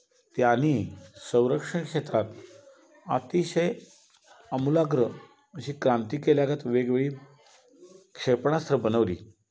त्यानी संरक्षण क्षेत्रात अतिशय आमूलाग्र अशी क्रांती केल्यागत वेगवेगळी क्षेपणास्त्र बनवली